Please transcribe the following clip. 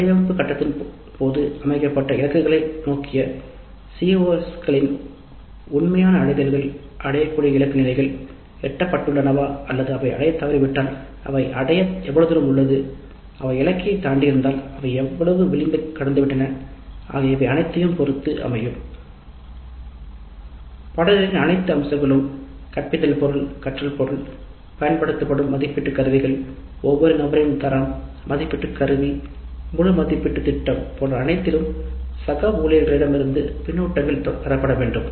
வடிவமைப்பு கட்டத்தின் போது அமைக்கப்பட்ட சிஓஎஸ் இலக்குகளை அடைவதற்கான உண்மையான நிலைகள் மற்றும் அடையக்கூடிய இலக்கு நிலைகள் எட்டப்பட்டுள்ளனவா அல்லது அவை அடையத் தவறிவிட்டால் அவை அடைய எவ்வளவு புலம் உள்ளது அவை இலக்கு அளவைத் தாண்டியிருந்தால் அவை எவ்வளவு விளிம்பைக் கடந்துவிட்டன ஆகிய இவை அனைத்தையும் பொறுத்து சுருக்கம் அவதானிப்புகள் அமையும் பாடத்தின் அனைத்து அம்சங்களிலும் கற்பித்தல் பொருள் கற்றல் பொருள் பயன்படுத்தப்படும் மதிப்பீட்டு கருவிகள் ஒவ்வொரு நபரின் தரம் மதிப்பீட்டு கருவி முழு மதிப்பீட்டு திட்டம் போன்ற அனைத்திலும் சக ஊழியர்களிடம் இருந்து கருத்துக்கள் பெறப்படவேண்டும்